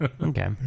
Okay